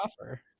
offer